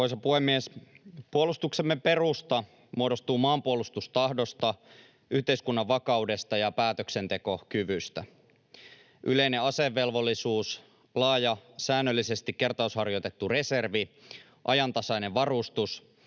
Arvoisa puhemies! Puolustuksemme perusta muodostuu maanpuolustustahdosta, yhteiskunnan vakaudesta ja päätöksentekokyvystä. Yleinen asevelvollisuus, laaja, säännöllisesti kertausharjoitettu reservi, ajantasainen varustus